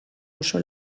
oso